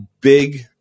big